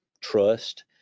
trust